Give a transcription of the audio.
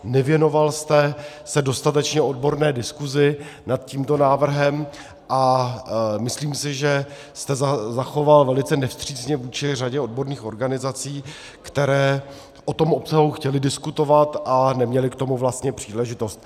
Nevěnoval jste se dostatečně odborné diskuzi nad tímto návrhem a myslím si, že jste se zachoval velice nevstřícně vůči řadě odborných organizací, které o tom obsahu chtěly diskutovat a neměly k tomu vlastně příležitost.